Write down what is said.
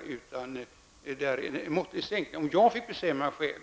Nu får jag inte bestämma själv,